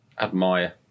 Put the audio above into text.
admire